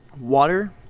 water